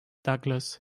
douglas